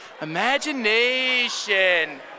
imagination